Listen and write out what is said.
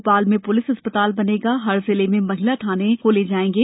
भोपाल में प्लिस अस्पताल बनेगा हर जिले में महिला थाने खोले जायेंगे